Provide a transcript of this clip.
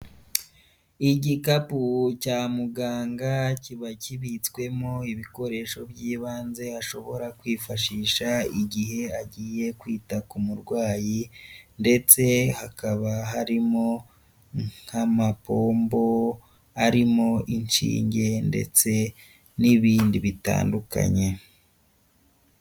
Igikapu cya muganga kiba gibitswemo ibikoresho by'ibanze ashobora kwifashisha igihe agiye kwita ku murwayi, ndetse hakaba harimo nk'amapombo arimo inshinge ndetse n'ibindi bitandukanye.